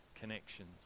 connections